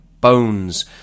Bones